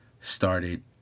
started